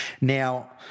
Now